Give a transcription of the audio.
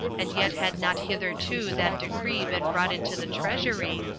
and yet had not hitherto that decree been brought into the treasury,